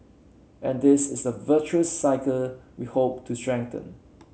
and this is the virtuous cycle we hope to strengthen